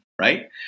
Right